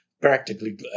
practically